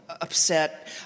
upset